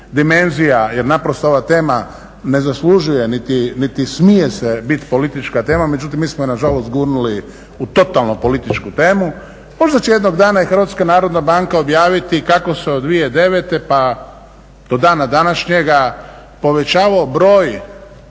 dimenzija, jer naprosto ova tema ne zaslužuju, niti smije se bit politička tema, međutim mi smo je nažalost gurnuli u totalno političku temu. Možda će jednog dana i Hrvatska narodna banka objaviti kako se od 2009. pa do dana današnjega povećavao broj